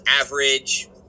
average